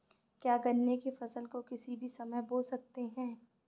क्या गन्ने की फसल को किसी भी समय बो सकते हैं?